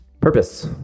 purpose